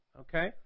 okay